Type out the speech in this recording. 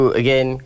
again